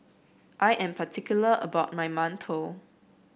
I am particular about my Mantou